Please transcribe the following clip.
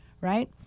right